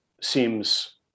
seems